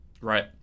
Right